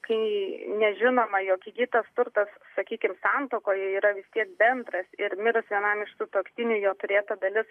kai nežinoma jog įgytas turtas sakykim santuokoje yra vis tiek bendras ir mirus vienam iš sutuoktinių jo turėta dalis